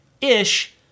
Ish